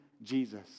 jesus